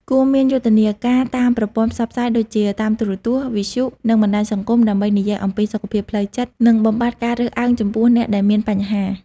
គួរមានយុទ្ធនាការតាមប្រព័ន្ធផ្សព្វផ្សាយដូចជា តាមទូរទស្សន៍ វិទ្យុ និងបណ្ដាញសង្គម ដើម្បីនិយាយអំពីសុខភាពផ្លូវចិត្ត និងបំបាត់ការរើសអើងចំពោះអ្នកដែលមានបញ្ហា។